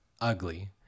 ugly